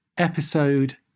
episode